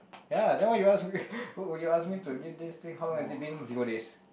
ya then why you ask why would you ask me to give this thing how long has it been zero days